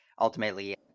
ultimately